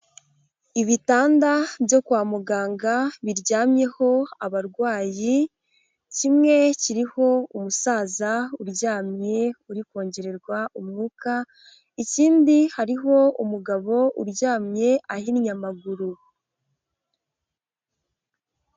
Ibitanda byo kwa muganga biryamyeho abarwayi, kimwe kiriho umusaza uryamye uri kongererwa umwuka, ikindi hariho umugabo uryamye ahinnye amaguru.